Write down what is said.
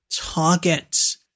targets